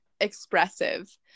expressive